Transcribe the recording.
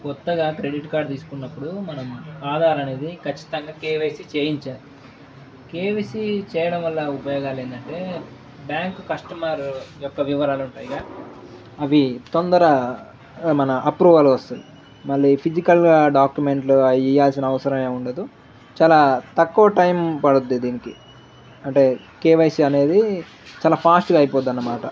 కొత్తగా credit card తీసుకున్నప్పుడు మనం ఆధార అనేది ఖచ్చితంగా కేవైసిీ చేయించాలి కేవైసి చేయడం వల్ల ఉపయోగాలు ఏందంటే బ్యాంక్ కస్టమర్ యొక్క వివరాలుంటాయిగా అవి తొందర మన అప్రూవల్ వస్తుంది మళ్ళీ ఫిజికల్గా డాక్యుమెంట్లు ఇవ్వాల్సిన అవసరమే ఉండదు చాలా తక్కువ టైం పడుద్ది దీనికి అంటే కేవైసి అనేది చాలా ఫాస్ట్గా అయిపోద్దనమాట